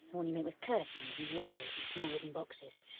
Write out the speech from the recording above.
one you make with curtains and walls and small wooden boxes.